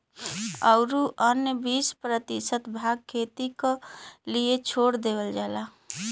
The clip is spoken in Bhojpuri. औरू अन्य बीस प्रतिशत भाग खेती क लिए छोड़ देवल जाला